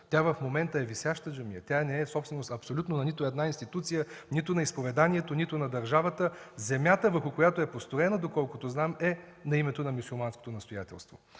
В момента тя е висяща джамия, не е собственост на абсолютно нито една институция – нито на вероизповеданието, нито на държавата. Земята, върху която е построена, доколкото знам, е на името на мюсюлманското настоятелство.